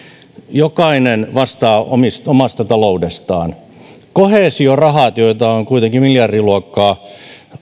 jokainen vastaa omasta taloudestaan koheesiorahat joita on kuitenkin miljardiluokkaa